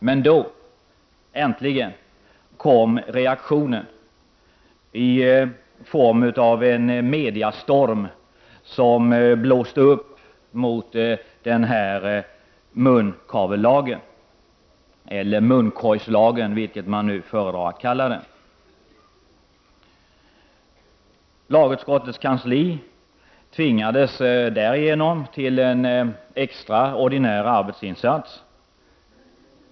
Då kom äntligen reaktionen i form av en mediestorm, som blåste upp mot den här munkavlelagen eller munkorgslagen, vilket man nu föredrar. Lagutskottets kansli tvingades därigenom till en extraordinär arbetsinsats.